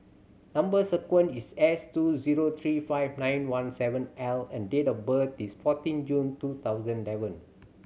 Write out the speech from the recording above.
number sequence is S two zero three five nine one seven L and date of birth is fourteen June two thousand eleven